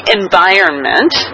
environment